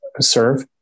serve